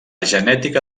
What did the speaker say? genètica